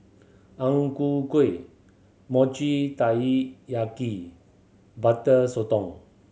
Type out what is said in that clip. Ang Ku Kueh Mochi Taiyaki Butter Sotong